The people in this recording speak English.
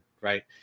Right